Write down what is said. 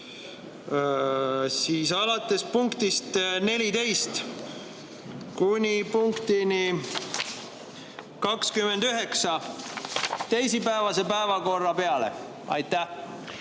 ka – punktist 14 kuni punktini 29 teisipäevase päevakorra peale. Aitäh!